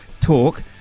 talk